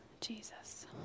Jesus